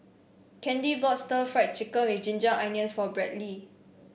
Candy bought Stir Fried Chicken with Ginger Onions for Bradley